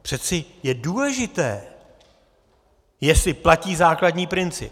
Přece je důležité, jestli platí základní princip.